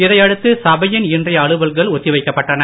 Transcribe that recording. இதனையடுத்து சபையின் இன்றைய அலுவல்கள் ஒத்திவைக்கப்பட்டன